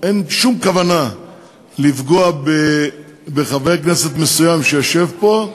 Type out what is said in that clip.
אין שום כוונה לפגוע בחבר כנסת מסוים שיושב פה.